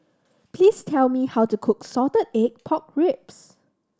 please tell me how to cook salted egg pork ribs